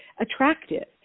attractive